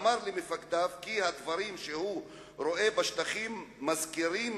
אמר למפקדיו כי הדברים שהוא רואה בשטחים מזכירים